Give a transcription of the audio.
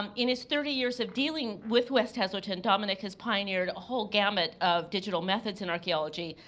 um in his thirty years of dealing with west heslerton, dominic has pioneered a whole gamut of digital methods in archeology,